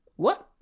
what?